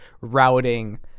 routing